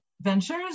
ventures